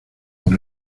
por